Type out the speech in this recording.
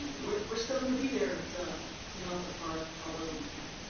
we're we're still gonna be there to to help the park however we can.